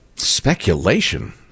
Speculation